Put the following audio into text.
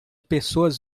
pessoas